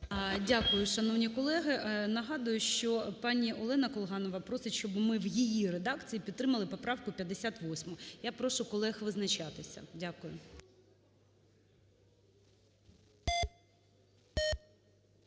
Дякую. Шановні колеги, нагадую, пані Олена Колганова просить, щоб ми в її редакції підтримали поправку 58. Я прошу колег визначатися. Дякую.